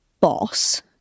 boss